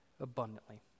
abundantly